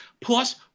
plus